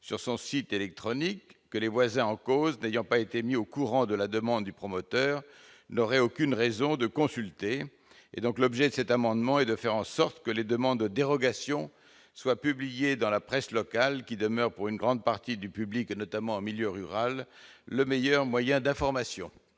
sur son site électronique que les voisins en cause n'ayant pas été mis au courant de la demande du promoteur n'aurait aucune raison de consulter et donc l'objet de cet amendement est de faire en sorte que les demandes de dérogations soient publiées dans la presse locale, qui demeure pour une grande partie du public, notamment en milieu rural, le meilleur moyen d'information.